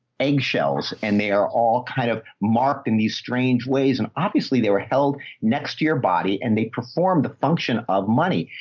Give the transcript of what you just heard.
eggshells. and they are all kind of marked in these strange ways. and obviously they were held next year body and they perform the function of money.